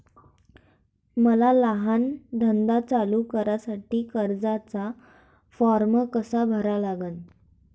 मले लहान धंदा चालू करासाठी कर्जाचा फारम कसा भरा लागन?